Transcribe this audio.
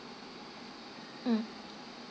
mm